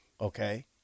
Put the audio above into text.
okay